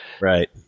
Right